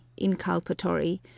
inculpatory